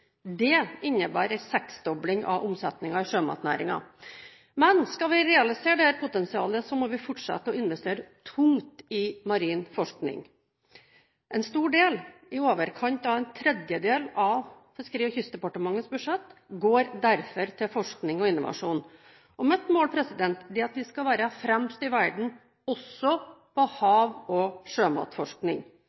Det innebærer en seksdobling av omsetningen i sjømatnæringen. Skal vi realisere dette potensialet, må vi fortsette å investere tungt i marin forskning. En stor del – i overkant av en tredjedel – av Fiskeri- og kystdepartementets budsjett går derfor til forskning og innovasjon. Mitt mål er at vi skal være fremst i verden også på hav- og sjømatforskning